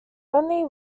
only